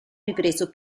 ripreso